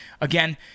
Again